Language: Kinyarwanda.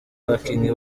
abakinnyi